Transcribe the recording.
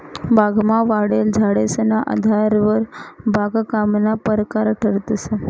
बागमा वाढेल झाडेसना आधारवर बागकामना परकार ठरतंस